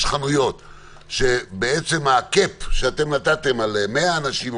חנויות שהקאפ שאתם נתתם על 100 אנשים,